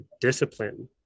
discipline